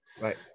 Right